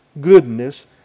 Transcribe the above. goodness